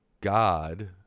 God